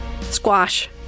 Squash